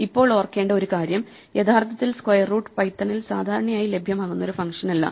ഇപ്പോൾ ഓർക്കേണ്ട ഒരു കാര്യം യഥാർത്ഥത്തിൽ സ്ക്വയർ റൂട്ട് പൈത്തണിൽ സാധാരണയായി ലഭ്യമാകുന്ന ഒരു ഫങ്ഷൻ അല്ല